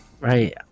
Right